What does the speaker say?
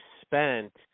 spent